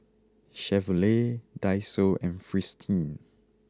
Chevrolet Daiso and Fristine